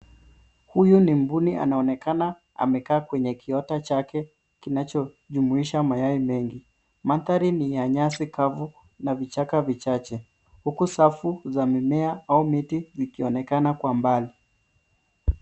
Huyu ni mbuni anaonekana amekaa kwenye kiota chake kinacho jumuisha mayai mengi, mandhari ni ya nyasi kavu na vichaka chache huku safu za mimea au miti zikionekana kwa mbali.